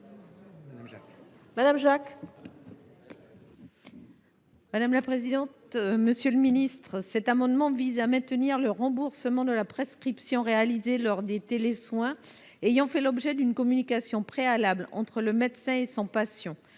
parole est à Mme Micheline Jacques. Cet amendement vise à maintenir le remboursement de la prescription réalisée lors des télésoins ayant fait l’objet d’une communication préalable entre le médecin et son patient